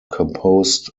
composed